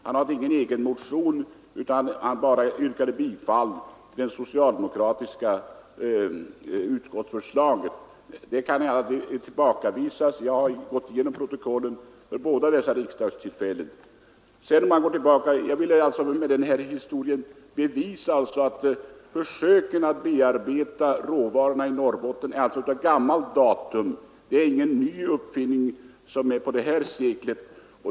Han hade ingen egen motion utan yrkade bara bifall till den socialdemokratiska utskottsmajoritetens förslag. Detta kan inte tillbakavisas. Jag har gått igenom protokollen för båda dessa riksdagsdebatter. Jag vill med denna historieskrivning bara bevisa att försöken att bearbeta råvarorna i Norrbotten är av gammalt datum. Det är ingen uppfinning som är ny för detta sekel.